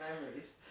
memories